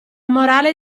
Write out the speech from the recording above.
morale